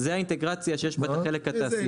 זו האינטגרציה שיש לה את החלק התעשייתי.